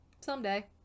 Someday